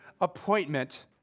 appointment